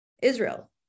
Israel